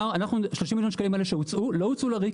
-- 30 מיליון השקלים לא הוצאו לריק.